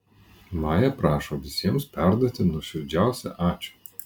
maja prašo visiems perduoti nuoširdžiausią ačiū